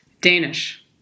Danish